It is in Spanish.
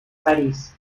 parís